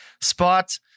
spot